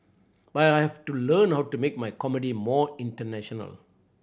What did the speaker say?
but I have to learn how to make my comedy more international